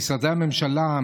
במשרדי הממשלה,